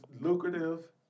lucrative